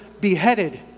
beheaded